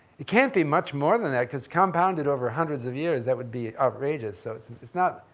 it can't be much more than that because, compounded over hundreds of years, that would be outrageous, so it's it's not,